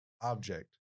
object